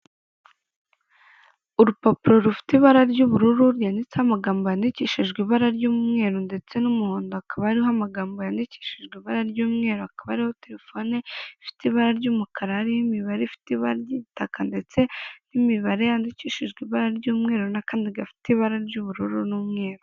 Urupapuro rufite ibara ry'ubururu ryanditseho amagambo yandikishijwe ibara ry'umweru ndetse n'umuhondo. Hakaba ariho amagambo yandikishijwe ibara ry'umweru. Hakaba hariho telefone ifite ibara ry'umukara n'imibare ifite ibara ry'igitaka, ndetse n'imibare yandikishijwe ibara ry'umweru, na kantu gafite ibara ry'ubururu n'umweru.